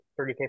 30K